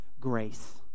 grace